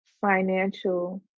financial